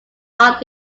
art